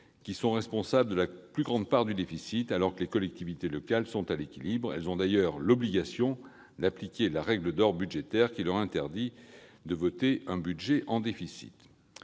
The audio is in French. qui sont responsables de la plus grande part du déficit, alors que les collectivités locales sont à l'équilibre- elles ont d'ailleurs l'obligation d'appliquer la règle d'or budgétaire, qui leur interdit d'adopter un budget en déficit.